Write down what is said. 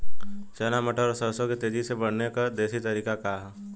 चना मटर और सरसों के तेजी से बढ़ने क देशी तरीका का ह?